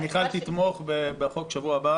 שמיכל תתמוך בחוק שיעלה בשבוע הבא